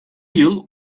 yıl